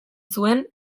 zuen